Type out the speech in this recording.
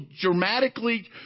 dramatically